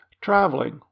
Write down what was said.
Traveling